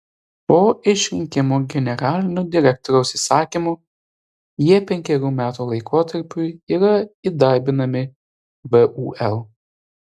po išrinkimo generalinio direktoriaus įsakymu jie penkerių metų laikotarpiui yra įdarbinami vul